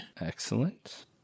Excellent